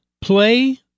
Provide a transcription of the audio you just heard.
play